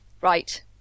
Right